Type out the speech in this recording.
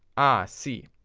ah see,